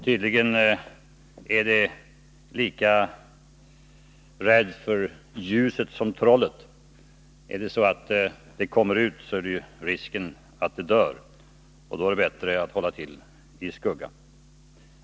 Tydligen är monstret lika förskräckt för ljuset som trollet. Om det kommer ut riskerar det att dö, och då är det bättre att hålla till i skuggan.